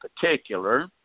particular